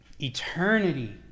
eternity